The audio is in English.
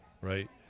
Right